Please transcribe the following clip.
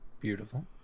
Beautiful